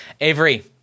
Avery